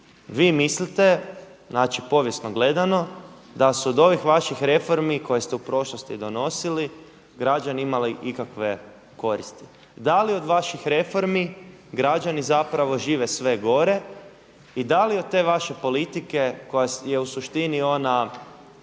vi mislite znači povijesno gledano da se od ovih vaših reformi koje ste u prošlosti donosili građani imali ikakve koristi? Da li od vaših reformi građani zapravo žive sve gore i da li od te vaše politike koja je u suštini ona